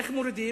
איך מורידים?